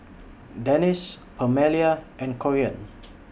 Denis Permelia and Corean